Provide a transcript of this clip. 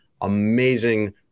Amazing